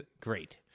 great